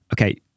okay